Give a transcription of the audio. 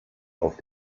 auf